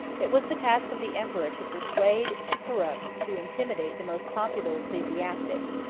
it was the task of the emperor to persuade, to corrupt, to intimidate the most popular ecclesiastics,